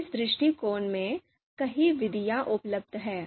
इस दृष्टिकोण में कई विधियाँ उपलब्ध हैं